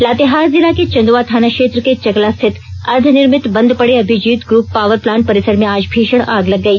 लातेहार जिला के चंदवा थाना क्षेत्र के चकला स्थित अर्ध निर्मित बंद पड़े अभिजीत ग्रुप पावर प्लांट परिसर में आज भीषण आग लग गई